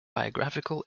biographical